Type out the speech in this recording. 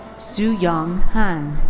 su yong han.